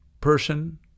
person